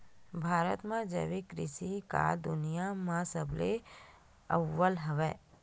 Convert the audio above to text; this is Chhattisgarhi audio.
भारत हा जैविक कृषि मा दुनिया मा सबले अव्वल हवे